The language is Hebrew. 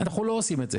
אנחנו לא עושים את זה.